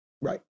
Right